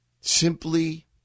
Simply